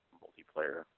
multiplayer